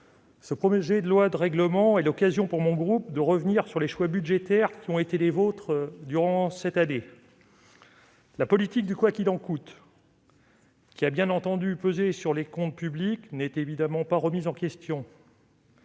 dégradées. Cet examen est l'occasion, pour mon groupe, de revenir sur les choix budgétaires qui ont été les vôtres durant cette année. La politique du « quoi qu'il en coûte », qui a bien entendu pesé sur les comptes publics, n'est évidemment pas remise en question,